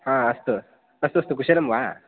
हा अस्तु अस्तु अस्तु अस्तु कुशलं वा